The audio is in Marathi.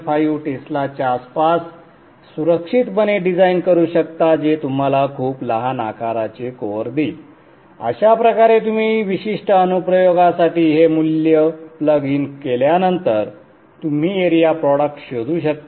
5 टेस्लाच्या आसपास सुरक्षितपणे डिझाइन करू शकता जे तुम्हाला खूप लहान आकाराचे कोअर देईल अशा प्रकारे तुम्ही विशिष्ट अनुप्रयोगासाठी हे मूल्य प्लग इन केल्यानंतर तुम्ही एरिया प्रॉडक्ट शोधू शकता